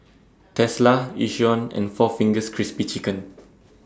Tesla Yishion and four Fingers Crispy Chicken